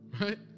right